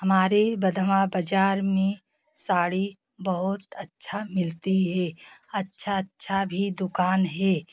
हमारे बधवाँ बजार में साड़ी बहुत अच्छा मिलती है अच्छा अच्छा भी दुकान है